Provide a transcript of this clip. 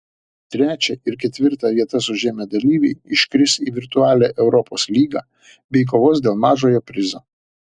trečią ir ketvirtą vietas užėmę dalyviai iškris į virtualią europos lygą bei kovos dėl mažojo prizo